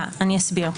אעשה סדר.